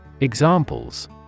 Examples